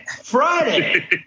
Friday